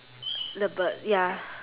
the bird ya